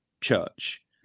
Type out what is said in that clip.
church